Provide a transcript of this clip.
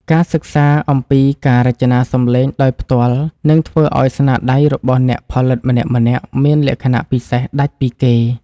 ការសិក្សាអំពីការរចនាសំឡេងដោយផ្ទាល់នឹងធ្វើឱ្យស្នាដៃរបស់អ្នកផលិតម្នាក់ៗមានលក្ខណៈពិសេសដាច់ពីគេ។